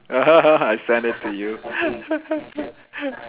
I send it to you